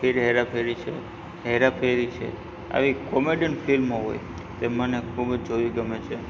ફીર હેરા ફેરી છે હેરા ફેરી છે આવી કોમેડિયન ફિલ્મો હોય તે મને ખૂબ જ જોવી ગમે છે